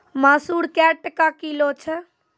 मसूर क्या टका किलो छ?